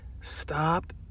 stop